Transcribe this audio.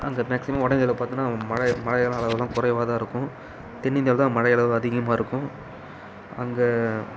அங்கே மேக்சிமம் வட இந்தியாவில் பார்த்திங்கன்னா மழை மழை எல்லாம் குறைவா தான் இருக்கும் தென் இந்தியாவில் தான் மழை எல்லாம் அதிகமாக இருக்கும் அங்கே